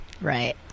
right